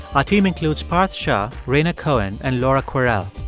our team includes parth shah, raina cohen and laura kwerel.